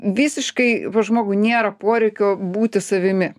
visiškai pas žmogų nėra poreikio būti savimi